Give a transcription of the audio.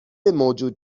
موجود